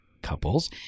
couples